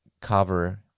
cover